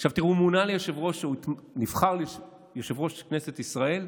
תראו, הוא נבחר ליושב-ראש כנסת ישראל.